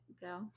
go –